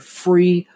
free